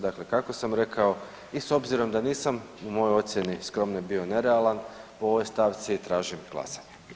Dakle, kako sam rekao i s obzirom da nisam u mojoj ocjeni skromno bio i nerealan o ovoj stavci tražim glasanje.